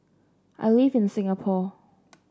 I live in Singapore